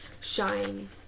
shine